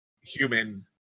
human